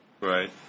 Right